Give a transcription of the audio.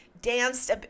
danced